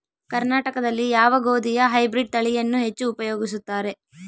ಕರ್ನಾಟಕದಲ್ಲಿ ಯಾವ ಗೋಧಿಯ ಹೈಬ್ರಿಡ್ ತಳಿಯನ್ನು ಹೆಚ್ಚು ಉಪಯೋಗಿಸುತ್ತಾರೆ?